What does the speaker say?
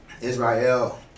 Israel